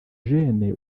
jeune